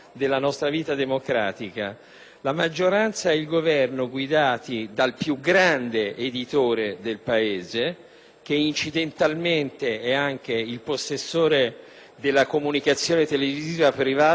che incidentalmente e anche il possessore della comunicazione televisiva privata e il controllore di quella pubblica, prende provvedimenti per tagliare i fondi all’editoria.